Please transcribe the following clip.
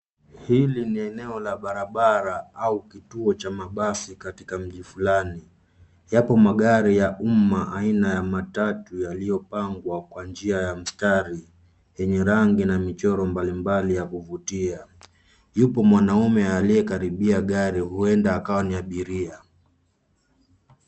Hili ni eneo la barabara au kituo cha mabasi katika mji fulani. Yapo magari ya umma aina ya matatu yaliyopangwa kwa njia ya mistari yenye rangi na michoro mbalimbali ya kuvutia. Yupo mwanaume aliyekaribia gari huenda akawa ni abiria.